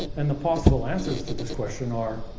and the possible answers to this question are.